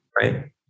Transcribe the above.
right